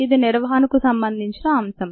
ఇది నిర్వహణకు సంబంధించిన అంశం